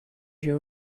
you